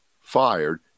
fired